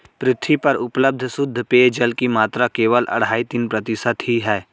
पृथ्वी पर उपलब्ध शुद्ध पेजयल की मात्रा केवल अढ़ाई तीन प्रतिशत ही है